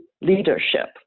leadership